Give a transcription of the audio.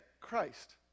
Christ